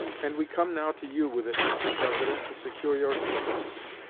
and we come now to you with it, mr. president, to secure your influence.